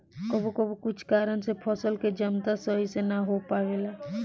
कबो कबो कुछ कारन से फसल के जमता सही से ना हो पावेला